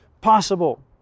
possible